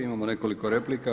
Imamo nekoliko replika.